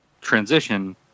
transition